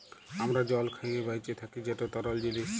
আমরা জল খাঁইয়ে বাঁইচে থ্যাকি যেট তরল জিলিস